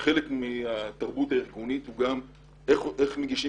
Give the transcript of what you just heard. שחלק מהתרבות הארגונית הוא גם איך מגישים